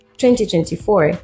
2024